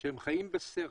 שהם חיים בסרט.